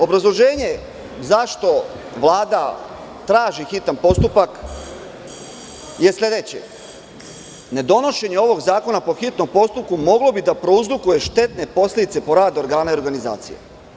Obrazloženje zašto Vlada traži hitan postupak je sledeće: „Nedonošenje ovog zakona po hitnom postupku moglo bi da prouzrokuje štetne posledice po rad organa i organizacija.